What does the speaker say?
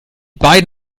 beiden